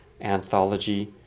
anthology